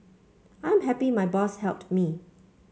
I'm happy my boss helped me